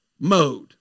mode